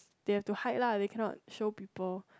they have to hide lah they cannot show people